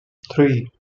three